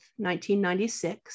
1996